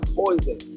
poison